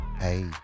Hey